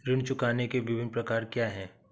ऋण चुकाने के विभिन्न प्रकार क्या हैं?